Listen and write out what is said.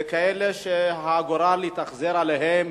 וכאלה שהגורל התאכזר אליהם,